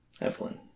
Evelyn